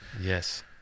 Yes